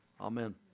amen